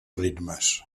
ritmes